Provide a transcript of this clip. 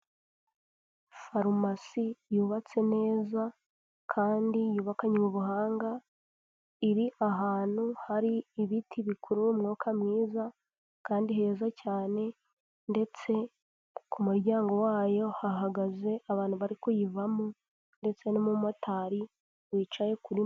farumasi yubatse neza kandi yubakaywe ubuhanga, iri ahantu hari ibiti bikurura umwuka mwiza kandi heza cyane ndetse ku muryango wayo hahagaze abantu bari kuyivamo ndetse n'umumotari wicaye kuriyo.